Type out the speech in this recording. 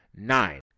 nine